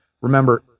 Remember